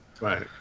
Right